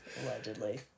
Allegedly